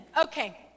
okay